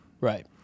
Right